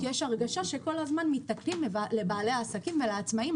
כי יש הרגשה שכל הזמן מתנכלים לבעלי העסקים ולעצמאים.